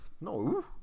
No